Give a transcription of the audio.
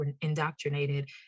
indoctrinated